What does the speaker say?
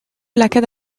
lakaat